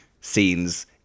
scenes